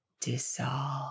dissolve